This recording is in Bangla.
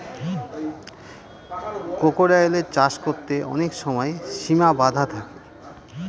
ক্রোকোডাইলের চাষ করতে অনেক সময় সিমা বাধা থাকে